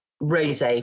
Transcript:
rose